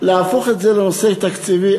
להפוך את זה לנושא תקציבי,